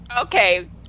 okay